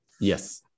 Yes